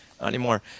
anymore